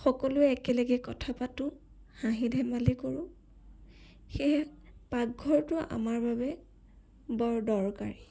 সকলোৱে একেলগে কথা পাতোঁ হাঁহি ধেমালি কৰোঁ সেয়েহে পাকঘৰটো আমাৰ বাবে বৰ দৰকাৰী